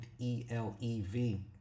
ELEV